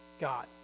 God